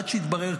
עד שהתברר,